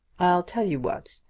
i'll tell you what.